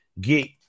get